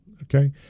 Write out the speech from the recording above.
Okay